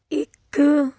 ਇੱਕ